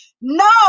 No